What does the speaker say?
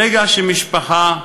ברגע שמשפחה,